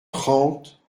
trente